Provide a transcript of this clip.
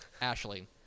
Ashley